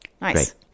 Nice